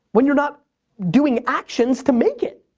when you're not doing actions to make it!